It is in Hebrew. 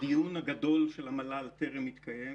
הדיון הגדול של המל"ל טרם התקיים.